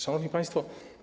Szanowni Państwo!